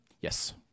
Yes